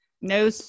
No